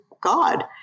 God